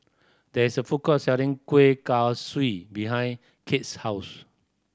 there is a food court selling Kueh Kaswi behind Kate's house